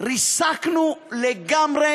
ריסקנו לגמרי